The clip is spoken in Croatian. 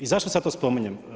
I zašto sada to spominjem?